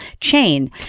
chain